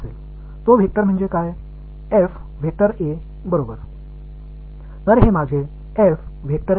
அது அந்த வெக்டரின் வெளிப்புற ஃபிளக்ஸ் ஆக மாறும் அந்த வெக்டர்